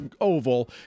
oval